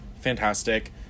fantastic